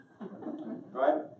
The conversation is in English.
right